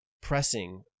pressing